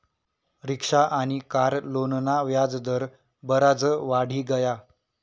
rickshaw आनी car लोनना व्याज दर बराज वाढी गया